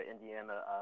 indiana